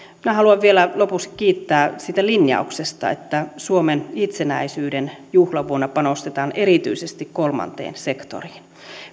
minä haluan vielä lopuksi kiittää siitä linjauksesta että suomen itsenäisyyden juhlavuonna panostetaan erityisesti kolmanteen sektoriin